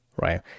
right